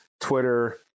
Twitter